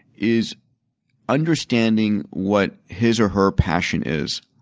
is understanding what his or her passion is.